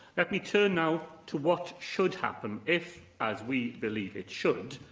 let me turn now to what should happen, if, as we believe it should,